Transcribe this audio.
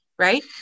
Right